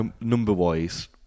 number-wise